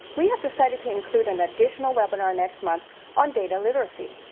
we have decided to include an additional webinar next month on data literacy.